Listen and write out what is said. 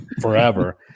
forever